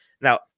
Now